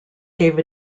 gave